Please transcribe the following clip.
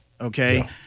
okay